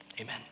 Amen